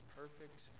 perfect